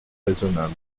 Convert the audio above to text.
raisonnable